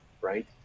right